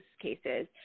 cases